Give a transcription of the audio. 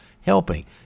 helping